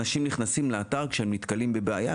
אנשים נכנסים לאתר כשהם נתקלים בבעיה,